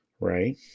right